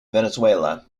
venezuela